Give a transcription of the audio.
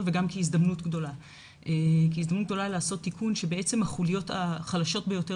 וגם כהזדמנות גדולה לעשות תיקון כאשר בעצם החוליות החלשות ביותר